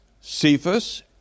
Cephas